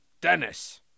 Dennis